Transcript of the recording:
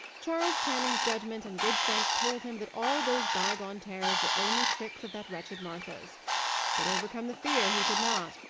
charles channing's judgment and good sense told him that all those bygone terrors were only tricks of that wretched martha's but, overcome the fear, he could not.